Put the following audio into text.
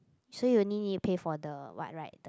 so you need it pay for the what right the